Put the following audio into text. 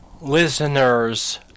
Listeners